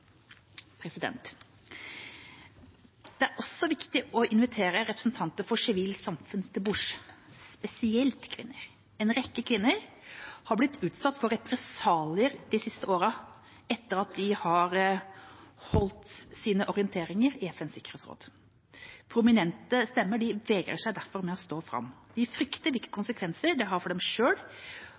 Det er også viktig å invitere representanter fra sivilt samfunn til bords, spesielt kvinner. En rekke kvinner har blitt utsatt for represalier de siste årene etter at de har holdt orienteringer i FNs sikkerhetsråd. Prominente stemmer vegrer seg derfor for å stå fram. De frykter hvilke konsekvenser det kan ha for dem